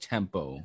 Tempo